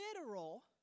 literal